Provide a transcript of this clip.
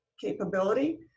capability